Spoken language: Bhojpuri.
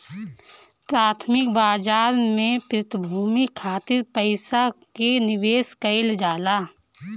प्राथमिक बाजार में प्रतिभूति खातिर पईसा के निवेश कईल जाला